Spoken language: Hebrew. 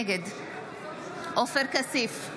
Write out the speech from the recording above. נגד עופר כסיף,